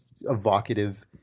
evocative